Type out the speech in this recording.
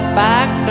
back